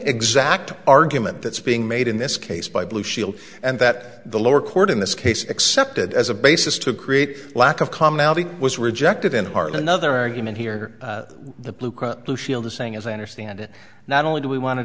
exact argument that's being made in this case by blue shield and that the lower court in this case accepted as a basis to create lack of commonality was rejected in heart another argument here the blue cross blue shield is saying as i understand it not only do we want to